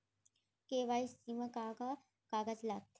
KYC मा का का कागज लगथे?